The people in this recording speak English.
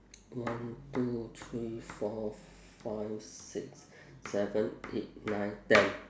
one two three four five six seven eight nine ten